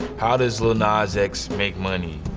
how does lil nas x make money?